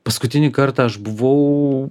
paskutinį kartą aš buvau